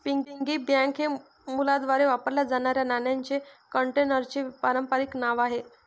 piggy bank हे मुलांद्वारे वापरल्या जाणाऱ्या नाण्यांच्या कंटेनरचे पारंपारिक नाव आहे